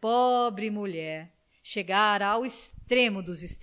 pobre mulher chegara ao extremo dos